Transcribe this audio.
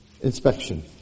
Inspection